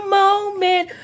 moment